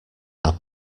our